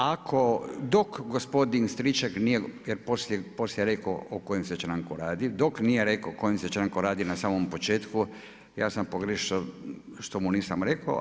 Ako, dok gospodin Stričak nije, jer poslije je rekao o kojem se članku radi, dok nije rekao o kojem se članku radi na samom početku, ja sam pogriješio što mu nisam rekao.